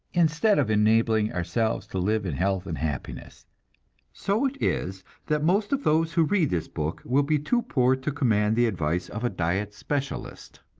instead of enabling ourselves to live in health and happiness so it is that most of those who read this book will be too poor to command the advice of a diet specialist.